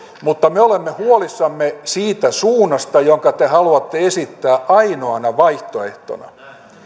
mutta me olemme huolissamme siitä suunnasta jonka te haluatte esittää ainoana vaihtoehtona